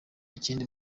ikindi